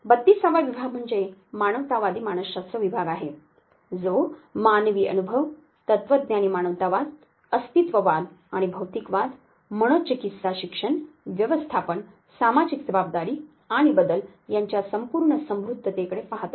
32 वा विभाग म्हणजे मानवतावादी मानसशास्त्र विभाग आहे जो मानवी अनुभव तत्वज्ञानी मानवतावाद अस्तित्त्ववाद आणि भौतिकवाद मनोचिकित्सा शिक्षण व्यवस्थापन सामाजिक जबाबदारी आणि बदल यांच्या संपूर्ण समृद्धतेकडे पाहतो